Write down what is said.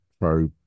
pro